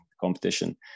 competition